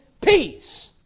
peace